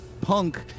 Punk